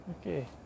okay